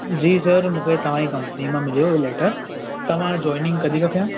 जी sir मुखे तव्हां जी कंपनी मां मिलियो होयो लैटर त मां जॉयनिंग कॾहिं खां कयां